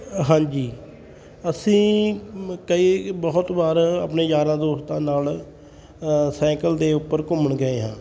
ਹਾਂਜੀ ਅਸੀਂ ਕਈ ਬਹੁਤ ਵਾਰ ਆਪਣੇ ਯਾਰਾਂ ਦੋਸਤਾਂ ਨਾਲ ਸਾਈਕਲ ਦੇ ਉੱਪਰ ਘੁੰਮਣ ਗਏ ਹਾਂ